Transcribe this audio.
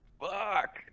fuck